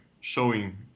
showing